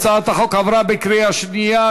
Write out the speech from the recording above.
הצעת החוק עברה בקריאה שנייה,